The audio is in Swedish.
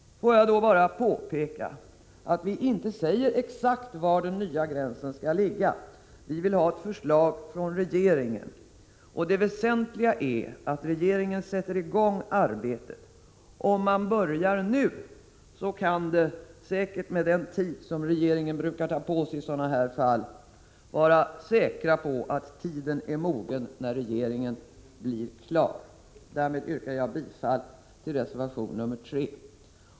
Får jag då bara påpeka att vi inte säger exakt var den nya gränsen skall ligga. Vi vill ha ett förslag från regeringen. Det väsentliga är att regeringen sätter i gång arbetet. Om regeringen börjar nu kan vi — med den tid som regeringen brukar ta på sig i sådana fall — vara säkra på att tiden är mogen när regeringen blir klar. Därmed yrkar jag bifall till reservation 3.